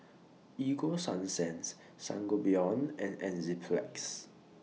Ego Sunsense Sangobion and Enzyplex